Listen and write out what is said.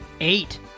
eight